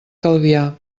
calvià